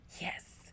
Yes